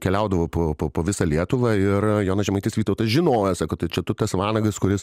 keliaudavo po po visą lietuvą ir jonas žemaitis vytautas žinojęs kad čia tu tas vanagas kuris